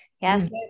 Yes